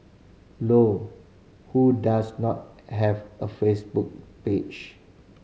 low who does not have a Facebook page